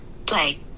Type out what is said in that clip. Play